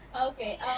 Okay